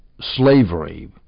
slavery